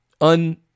un